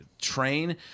train